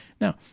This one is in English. Now